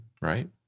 right